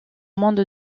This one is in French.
monde